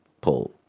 pull